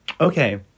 Okay